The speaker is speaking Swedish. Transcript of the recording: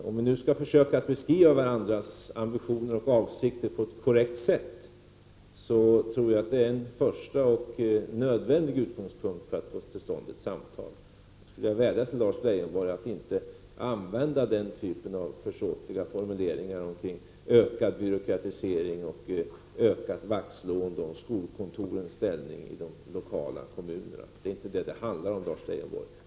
Om vi nu skall försöka beskriva varandras ambitioner och avsikter på ett korrekt sätt tror jag att det är en första och nödvändig utgångspunkt för att få till stånd ett samtal. Jag skulle vilja vädja till Lars Leijonborg att inte använda den typen av försåtliga formuleringar som ”ökad byråkratisering” och ”ökat vaktslående om skolkontorens ställning i de lokala kommunerna”. Det är inte detta det handlar om, Lars Leijonborg.